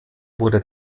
wurde